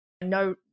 no